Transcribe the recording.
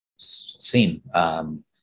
seen